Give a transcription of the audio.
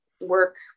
work